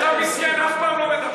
מסכן, אתה מסכן, אף פעם לא מדבר.